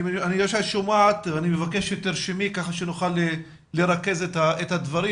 אני יודע שאת שומעת ואני מבקש שתרשמי כדי שנוכל לרכז את הדברים,